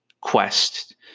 quest